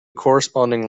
corresponding